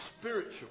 spiritual